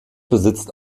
besitzt